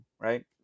Right